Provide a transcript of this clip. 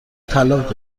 طلاق